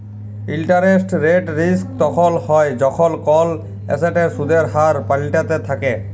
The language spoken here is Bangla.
ইলটারেস্ট রেট রিস্ক তখল হ্যয় যখল কল এসেটের সুদের হার পাল্টাইতে থ্যাকে